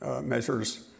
measures